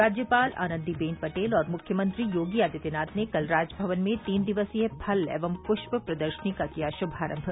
राज्यपाल आनन्दीबेन पटेल और मुख्यमंत्री योगी आदित्यनाथ ने कल राजभवन में तीन दिवसीय फल एवं पुष्प प्रदर्शनी का किया श्भारम्भ